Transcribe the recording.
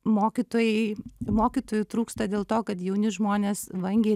mokytojai mokytojų trūksta dėl to kad jauni žmonės vangiai